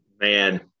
Man